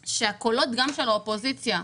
שהקולות, גם של האופוזיציה,